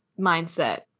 mindset